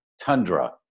tundra